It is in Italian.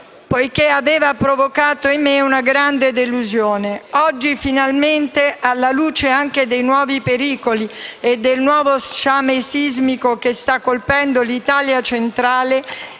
avevano provocato in me grande delusione. Oggi, finalmente, alla luce anche dei nuovi pericoli e del nuove sciame sismico che sta colpendo l'Italia centrale,